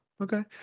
okay